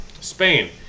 Spain